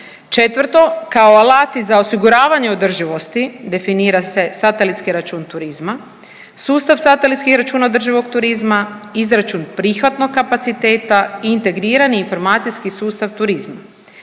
Četvrto, kao alati za osiguravanje održivosti definira se satelitski račun turizma, sustav satelitskih računa održivog turizma, izračun prihvatnog kapaciteta i integrirani informaciji sustav turizma.